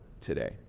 today